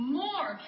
more